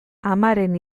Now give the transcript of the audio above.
amaren